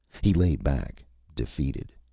he lay back, defeated,